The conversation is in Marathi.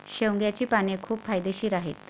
शेवग्याची पाने खूप फायदेशीर आहेत